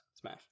smash